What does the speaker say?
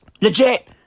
Legit